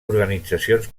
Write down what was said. organitzacions